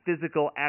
physical